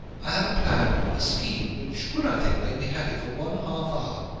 i have a plan, a scheme, which would, i think, make me happy for one half-hour.